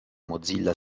mozilla